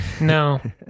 No